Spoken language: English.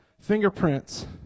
fingerprints